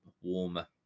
warmer